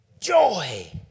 Joy